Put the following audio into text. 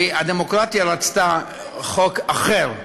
כי הדמוקרטיה רצתה חוק אחר,